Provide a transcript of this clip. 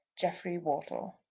jeffrey wortle.